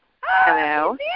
Hello